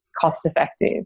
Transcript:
cost-effective